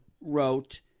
wrote